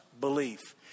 belief